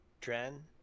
Dren